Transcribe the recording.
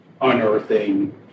unearthing